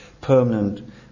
permanent